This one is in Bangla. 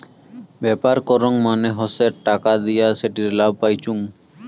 ব্যাপার করং মানে হসে টাকা দিয়া সেটির লাভ পাইচুঙ